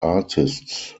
artists